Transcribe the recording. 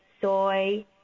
soy